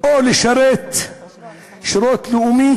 או לשרת שירות לאומי,